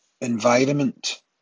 environment